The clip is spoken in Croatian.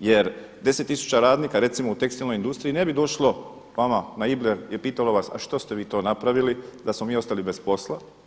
jer 10 tisuća radnika recimo u tekstilnoj industriji ne bi došlo vama na Ibler i pitalo vas a što ste vi to napravili da smo mi ostali bez posla.